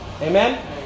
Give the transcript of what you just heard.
Amen